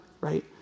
right